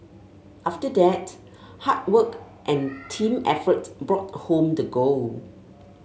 after that hard work and team effort brought home the gold